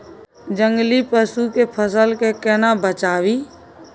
जंगली पसु से फसल के केना बचावी?